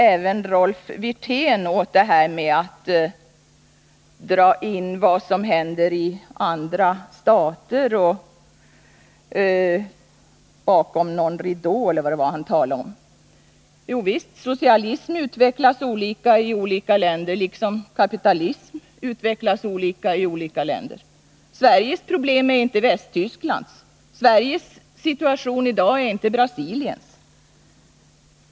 Även Rolf Wirtén förföll till att dra in vad som händer i andra stater och bakom någon ridå eller vad det var han talade om. Jo, visst, socialism utvecklas olika i olika länder, liksom kapitalism gör det. Sveriges problem är inte Västtysklands. Sveriges situation i dag är inte Brasiliens.